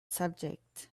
subject